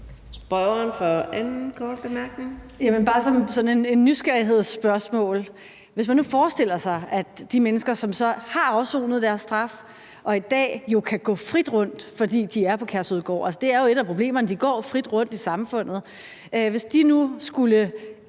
Pernille Vermund (NB): Så vil jeg bare af nysgerrighed stille spørgsmålet: Hvis man nu forestiller sig, at de mennesker, som så har afsonet deres straf og i dag jo kan gå frit rundt, fordi de er på Kærshovedgård – det er jo et af problemerne, at de går frit rundt i samfundet – skulle